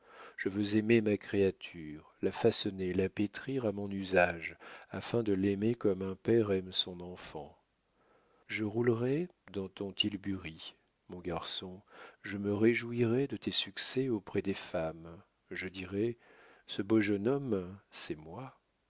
je veux aimer ma créature la façonner la pétrir à mon usage afin de l'aimer comme un père aime son enfant je roulerai dans ton tilbury mon garçon je me réjouirai de tes succès auprès des femmes je dirai ce beau jeune homme c'est moi